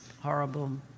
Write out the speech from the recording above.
horrible